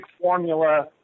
formula